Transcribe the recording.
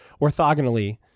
orthogonally